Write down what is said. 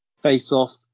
face-off